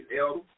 Elder